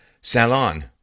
Salon